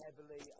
heavily